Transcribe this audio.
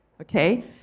okay